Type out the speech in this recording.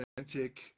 authentic